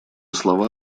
слова